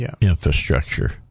infrastructure